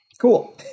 Cool